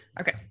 okay